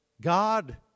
God